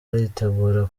aritegura